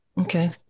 Okay